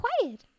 quiet